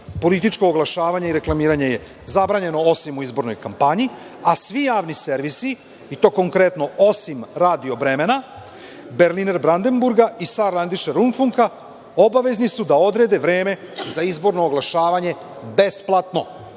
političko oglašavanje i reklamiranje je zabranjeno osim u izbornoj kampanji, a svi javni servisi i to konkretno, osim Radio Bremena, Berliner Branderburga i …, obavezni su da odrede vreme za izborno oglašavanje besplatno.